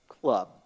club